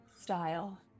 Style